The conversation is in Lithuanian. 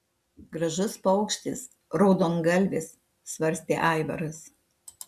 gražus paukštis raudongalvis svarstė aivaras